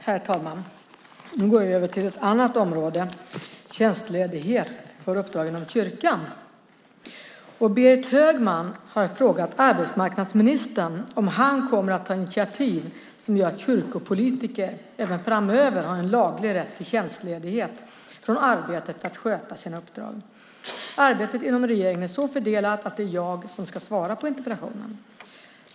Herr talman! Berit Högman har frågat arbetsmarknadsministern om han kommer att ta initiativ som gör att kyrkopolitiker även framöver har en laglig rätt till tjänstledighet från arbetet för att sköta sina uppdrag. Arbetet inom regeringen är så fördelat att det är jag som ska svara på interpellationen.